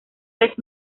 vez